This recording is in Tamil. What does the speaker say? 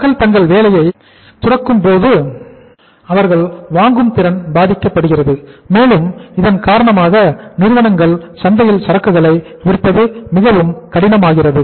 மக்கள் தங்கள் வேலையை துறக்கும் போது அவர்கள் வாங்கும் திறன் பாதிக்கப்படுகிறது மேலும் இதன் காரணமாக நிறுவனங்கள் சந்தையில் சரக்குகளை விற்பது மிகவும் கடினமாகிறது